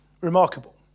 Remarkable